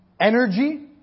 Energy